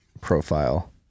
profile